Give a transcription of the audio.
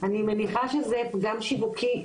אני מניחה שזה פגם שיווקי,